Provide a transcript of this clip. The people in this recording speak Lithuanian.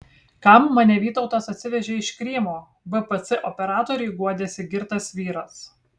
kam mane vytautas atsivežė iš krymo bpc operatoriui guodėsi girtas vyras